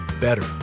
better